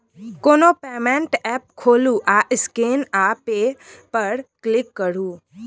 कोनो payment app खोलु आ स्कैन आ पे पर क्लिक करु